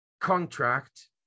contract